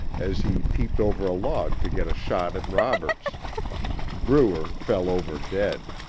as he peeped over a log to get a shot at roberts bruer fell over dead.